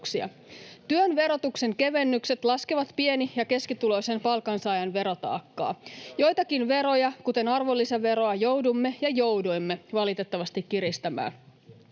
Työn verotuksen kevennykset laskevat pieni- ja keskituloisen palkansaajan verotaakkaa. Joitakin veroja, kuten arvonlisäveroa, joudumme — ja jouduimme — valitettavasti kiristämään.